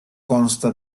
consta